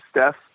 Steph